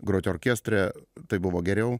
groti orkestre tai buvo geriau